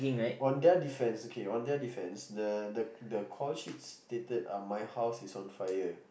on their defence okay on their defence the the the call sheet stated um my house is on fire